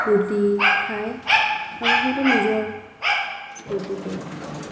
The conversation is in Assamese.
ৰুটি খায় আৰু সিহঁতে নিজৰ ফূৰ্তি কৰে